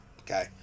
okay